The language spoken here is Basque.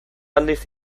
aldiz